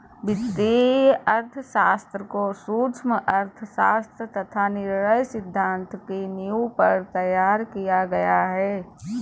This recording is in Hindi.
वित्तीय अर्थशास्त्र को सूक्ष्म अर्थशास्त्र तथा निर्णय सिद्धांत की नींव पर तैयार किया गया है